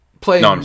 playing